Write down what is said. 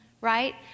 right